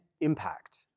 impact